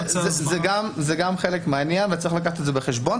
זה גם חלק מהעניין, וצריך להביא את זה בחשבון.